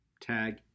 Tag